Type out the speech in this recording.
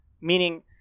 Meaning